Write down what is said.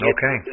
Okay